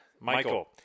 Michael